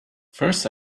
first